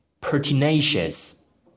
Pertinacious